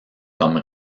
comme